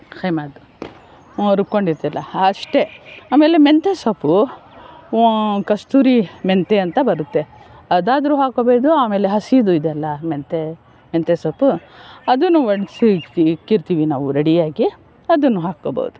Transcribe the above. ಕೈಮಾದು ನಾವು ರುಬ್ಕೊಂಡಿರ್ತೀವಲ್ಲ ಅಷ್ಟೆ ಆಮೇಲೆ ಮೆಂತ್ಯ ಸೊಪ್ಪು ಕಸ್ತೂರಿ ಮೇಥಿ ಅಂತ ಬರುತ್ತೆ ಅದಾದ್ರೂ ಹಾಕ್ಕೋಬೋದು ಆಮೇಲೆ ಹಸಿದು ಇದೆಯಲ್ಲ ಮೆಂತ್ಯ ಮೆಂತ್ಯ ಸೊಪ್ಪು ಅದೂನು ನಾವು ರೆಡಿಯಾಗಿ ಅದನ್ನೂ ಹಾಕ್ಕೋಬಹುದು